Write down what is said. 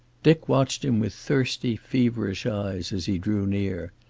dick watched him with thirsty, feverish eyes as he drew near.